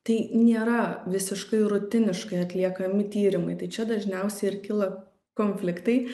tai nėra visiškai rutiniškai neatliekami tyrimai tai čia dažniausia ir kyla konfliktai